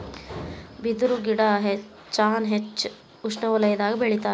ಬಿದರು ಗಿಡಾ ಹೆಚ್ಚಾನ ಹೆಚ್ಚ ಉಷ್ಣವಲಯದಾಗ ಬೆಳಿತಾರ